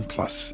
Plus